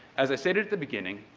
as i stated at the beginning,